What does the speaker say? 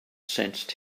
sensed